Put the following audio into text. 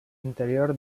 interior